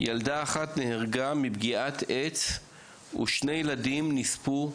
ילדה אחת נהרגה מפגיעת עץ ושני ילדים נספו בשריפה.